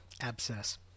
Abscess